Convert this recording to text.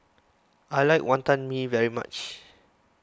I like Wantan Mee very much